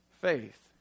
faith